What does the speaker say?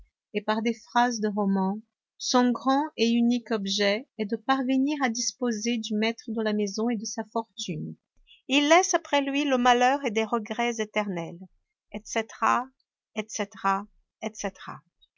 et par des phrases de roman son grand et unique objet est de parvenir à disposer du maître de la maison et de sa fortune il laisse après lui le malheur et des regrets éternels etc etc etc